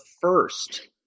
first